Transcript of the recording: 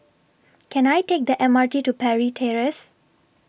Can I Take The M R T to Parry Terrace